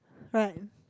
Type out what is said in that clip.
friend